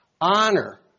Honor